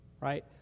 right